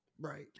Right